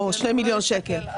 או שני מיליון שקלים.